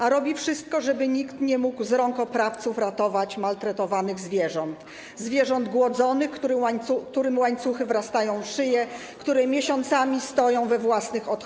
A robi on wszystko, żeby nikt nie mógł z rąk oprawców ratować maltretowanych zwierząt, zwierząt głodzonych, którym łańcuchy wrastają w szyje, które miesiącami stoją we własnych odchodach.